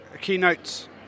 keynotes